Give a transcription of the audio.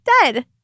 dead